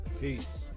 Peace